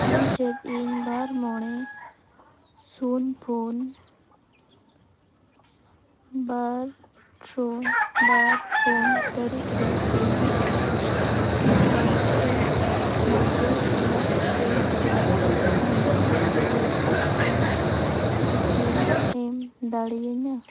ᱟᱢ ᱪᱮᱫ ᱤᱧ ᱵᱟᱨ ᱢᱚᱬᱮ ᱥᱩᱱ ᱯᱩᱱ ᱵᱟᱨ ᱯᱩᱱ ᱵᱟᱨ ᱯᱩᱱ ᱛᱟᱹᱨᱤᱠᱷ ᱨᱮ ᱪᱮᱱᱱᱟᱭ ᱟᱨ ᱜᱳᱣᱟᱦᱟᱴᱤ ᱢᱩᱫᱽᱨᱮ ᱪᱟᱞᱟᱜ ᱴᱨᱮᱱ ᱨᱮᱱᱟᱜ ᱨᱟᱡᱽᱫᱷᱟᱱᱤ ᱮᱠᱥᱯᱨᱮᱥ ᱚᱠᱛᱚ ᱥᱩᱪᱤᱢ ᱮᱢ ᱫᱟᱲᱮᱭᱟᱹᱧᱟᱹ